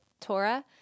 torah